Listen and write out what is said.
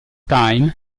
time